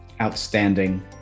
Outstanding